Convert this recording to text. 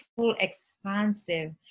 expansive